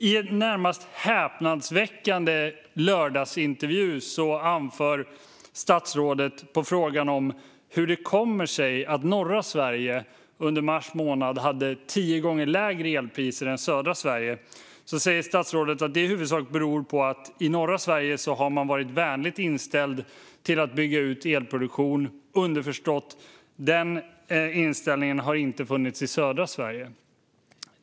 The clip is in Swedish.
I en närmast häpnadsväckande lördagsintervju anförde statsrådet som svar på frågan hur det kommer sig att norra Sverige under mars månad hade tio gånger lägre elpriser än södra Sverige att detta i huvudsak beror på att man i norra Sverige har varit vänligt inställd till att bygga ut elproduktion. Underförstått är då att den inställningen inte har funnits i södra Sverige.